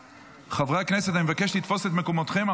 חברי הכנסת, אני מבקש לתפוס את מקומותיכם.